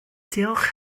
diolch